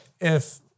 if-